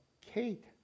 Kate